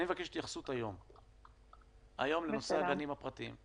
אני מבקש שתהיה היום התייחסות בנושא הגנים הפרטיים,